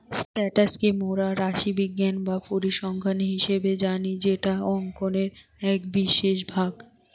status কে মোরা রাশিবিজ্ঞান বা পরিসংখ্যান হিসেবে জানি যেটা অংকের এক বিশেষ ভাগ